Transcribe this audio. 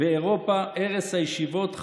ואירופה ערש הישיבות,